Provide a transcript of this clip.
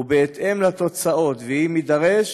ובהתאם לתוצאות ואם יידרש,